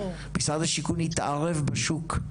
משרד השיכון התערב בשוק,